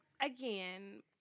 again